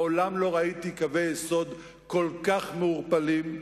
מעולם לא ראיתי קווי יסוד כל כך מעורפלים,